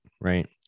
Right